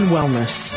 Wellness